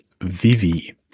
Vivi